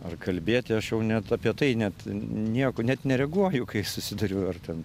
ar kalbėti aš jau net apie tai net nieko net nereaguoju kai susiduriu ar ten